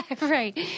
Right